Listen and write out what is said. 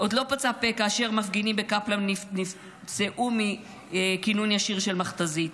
כאשר מפגינים בקפלן נפצעו מכינון ישיר של מכת"זית,